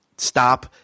stop